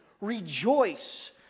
Rejoice